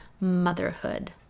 motherhood